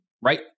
right